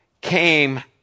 came